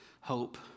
hope